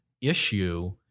issue